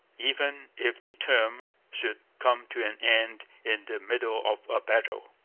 even if the term should come to an end in the middle of a battle.